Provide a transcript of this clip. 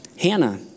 Hannah